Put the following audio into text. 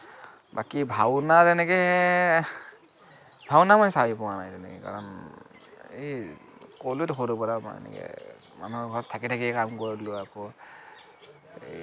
বাকী ভাওনা তেনেকে ভাওনা মই চাই পোৱা তেনেকে নাই কাৰণ এই ক'লোৱেতো সৰু পৰা এনেকে মানুহৰ ঘৰত থাকি থাকি কাম কৰিলো আকৌ